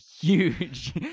huge